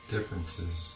differences